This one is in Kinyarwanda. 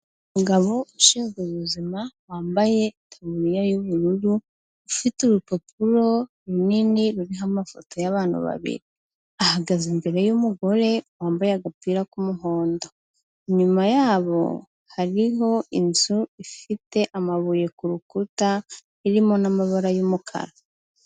Umugabo ushinzwe ubuzima wambaye itaburiya yubururu, ufite urupapuro runini ruriho amafoto y'abantu babiri, ahagaze imbere y'umugore wambaye agapira k'umuhondo, inyuma yabo hariho inzu ifite amabuye ku rukuta irimo n'amabara y'umukara.